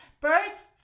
Birds